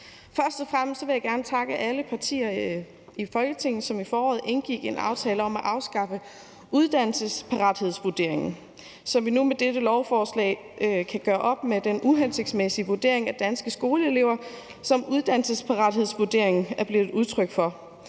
Først og fremmest vil jeg gerne takke alle partier i Folketinget, som i foråret indgik en aftale om at afskaffe uddannelsesparathedsvurderingen, så vi nu med dette lovforslag kan gøre op med den uhensigtsmæssige vurdering af danske skoleelever, som uddannelsesparathedsvurderingen er blevet et udtryk for,